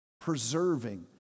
preserving